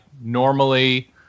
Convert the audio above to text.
normally